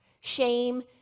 Shame